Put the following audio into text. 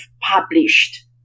published